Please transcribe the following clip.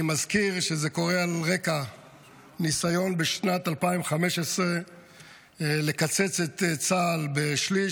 אני מזכיר שזה קורה על רקע ניסיון בשנת 2015 לקצץ את צה"ל בשליש,